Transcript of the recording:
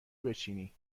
بچینی